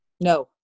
No